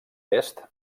est